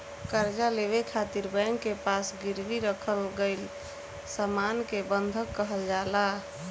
कर्जा लेवे खातिर बैंक के पास गिरवी रखल गईल सामान के बंधक कहल जाला